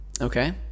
okay